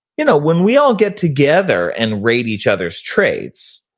you know, when we all get together and rate each other's traits,